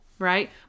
Right